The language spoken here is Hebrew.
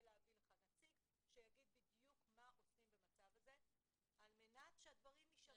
להביא לכאן נציג שיגיד בדיוק מה עושים במצב הזה על מנת שהדברים יישמעו.